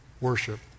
worship